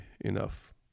enough